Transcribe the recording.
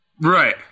Right